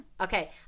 Okay